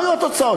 מה היו התוצאות,